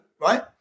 right